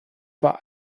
war